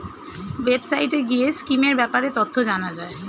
ওয়েবসাইটে গিয়ে স্কিমের ব্যাপারে তথ্য জানা যায়